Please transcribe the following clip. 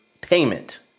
payment